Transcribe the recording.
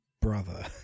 brother